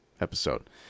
episode